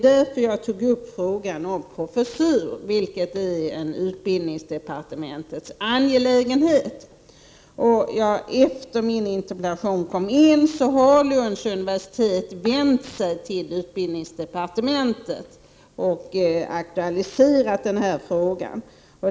Därför tog jag upp frågan om en professur, vilken ju är utbildningsdepartementets angelägenhet. Efter det att jag hade lämnat in min interpellation har Lunds universitet vänt sig till utbildningsdepartementet och aktualiserat frågan.